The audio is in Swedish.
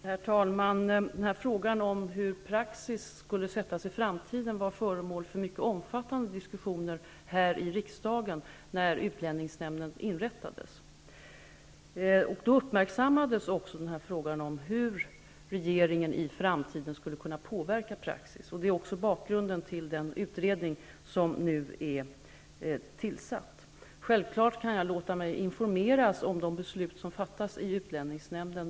Herr talman! Frågan om hur praxis skall se ut i framtiden var föremål för mycket omfattande diskussioner här i riksdagen när utlänningsnämnden inrättades. Då uppmärksammades också frågan om hur regeringen i framtiden skulle kunna påverka praxis. Det är bakgrunden till den utredning som nu är tillsatt. Självfallet kan jag låta mig informeras om de beslut som fattas i utlänningsnämnden.